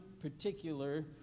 particular